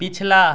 पिछला